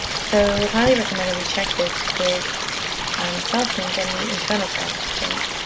so highly recommend that we check this because self means any internal transactions,